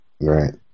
right